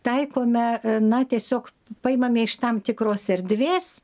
taikome na tiesiog paimame iš tam tikros erdvės